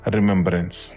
Remembrance